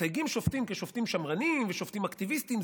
מתייגים שופטים כשופטים שמרנים ושופטים אקטיביסטים.